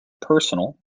personal